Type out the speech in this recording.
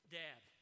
dad